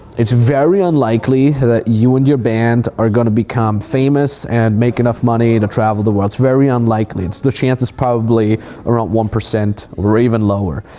it's very unlikely that you and your band are gonna become famous and make enough money to travel the world. it's very unlikely. it's the chances probably around one percent or even lower,